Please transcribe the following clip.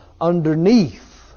Underneath